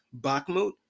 Bakhmut